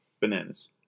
Bananas